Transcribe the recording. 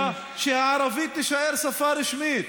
לקואליציה שהערבית תישאר שפה רשמית?